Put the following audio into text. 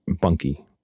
bunky